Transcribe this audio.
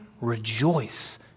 rejoice